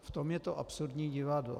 V tom je to absurdní divadlo.